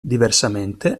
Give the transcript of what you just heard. diversamente